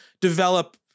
develop